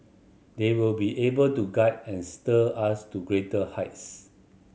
they will be able to guide and steer us to greater heights